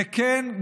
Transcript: וכן,